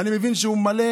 אני מבין שהוא מלא